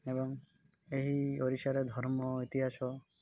ଏବଂ ଏହି ଓଡ଼ିଶାରେ ଧର୍ମ ଇତିହାସ